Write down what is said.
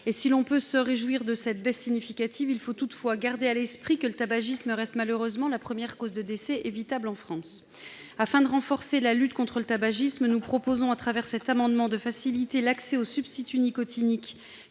Si l'on peut se réjouir de cette baisse significative, il faut toutefois garder à l'esprit que le tabagisme reste, malheureusement, la première cause de décès évitable en France. Afin de renforcer la lutte contre le tabagisme, nous proposons, à travers cet amendement, de faciliter l'accès aux substituts nicotiniques,